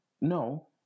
no